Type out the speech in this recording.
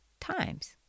times